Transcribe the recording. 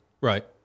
Right